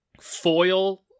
foil